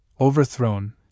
overthrown